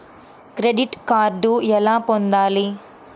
Credit card ఎలా పొందాలి?